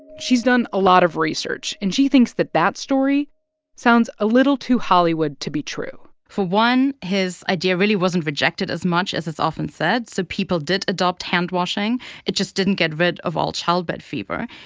she's done a lot of research, and she thinks that that story sounds a little too hollywood to be true for one, his idea really wasn't rejected as much as it's often said. so people did adopt hand-washing it just didn't get rid of all childbed fever.